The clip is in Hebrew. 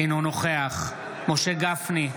אינו נוכח משה גפני,